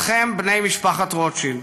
לכם, בני משפחת רוטשילד,